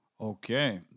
Okay